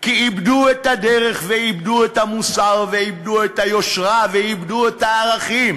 כי איבדו את הדרך ואיבדו את המוסר ואיבדו את היושרה ואיבדו את הערכים.